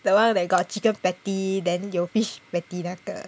that one that got chicken patty then 有 fish patty 的那个